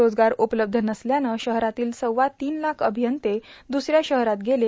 रोजगार उपलब्ध नसल्यानं शहरातील सव्वा तीन लाख अभियंते दुसऱ्या शहरात गेले